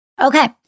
Okay